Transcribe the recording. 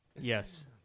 yes